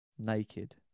Naked